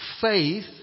faith